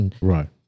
Right